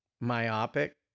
myopic